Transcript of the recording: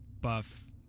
buff